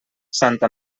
santa